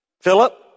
Philip